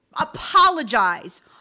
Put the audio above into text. apologize